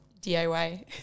DIY